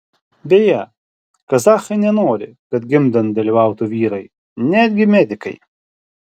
beje kazachai nenori kad gimdant dalyvautų vyrai netgi medikai